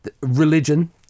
religion